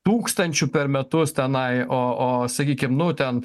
tūkstančių per metus tenai o o sakykim nu ten